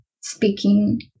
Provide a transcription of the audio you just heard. speaking